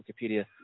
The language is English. Wikipedia